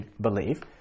believe